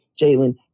Jalen